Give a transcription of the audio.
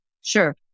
Sure